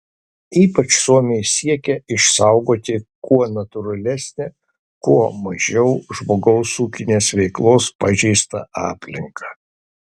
ypač suomiai siekia išsaugoti kuo natūralesnę kuo mažiau žmogaus ūkinės veiklos pažeistą aplinką